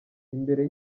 imbere